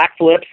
backflips